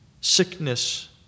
sickness